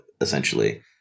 essentially